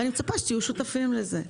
אני מצפה שתהיו שותפים לזה.